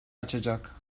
açacak